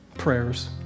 prayers